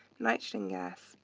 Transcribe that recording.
nitrogen gas,